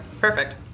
Perfect